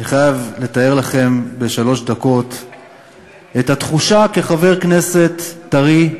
אני חייב לתאר לכם בשלוש דקות את התחושה כחבר כנסת טרי,